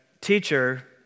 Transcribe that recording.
teacher